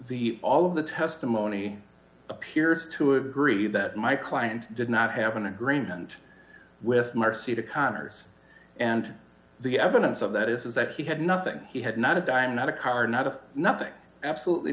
the all of the testimony appears to agree that my client did not happen agreement with marcy to connors and the evidence of that is that he had nothing he had not a dime not a car not of nothing absolutely